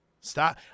stop